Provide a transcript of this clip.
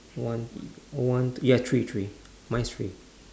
one o~ one ya three three mine is three